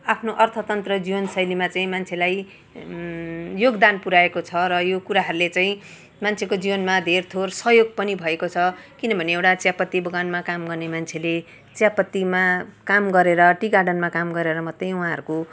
आफ्नो अर्थतन्त्र जीवन शैलीमा चाहिँ मान्छेलाई योगदान पुर्याएको छ र यो कुराहरूले चाहिँ मान्छेको जीवनमा धेर थोर सहयोग पनि भएको छ किनभने एउटा चियापत्ती बगानमा काम गर्ने मान्छेले चियापत्तीमा काम गरेर टी गार्डनमा काम गरेर मात्र उहाँहरूको